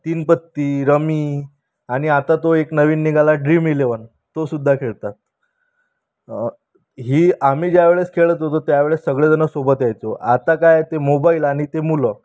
तीन पत्ती रमी आणि आता तो एक नवीन निघाला आहे ड्रीम इलेव्हन तोसुद्धा खेळतात हे आम्ही ज्या वेळेस खेळत होतो त्या वेळेस सगळे जण सोबत यायचो आता काय ते मोबाईल आणि ते मुलं